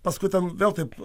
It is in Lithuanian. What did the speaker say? paskui ten vėl taip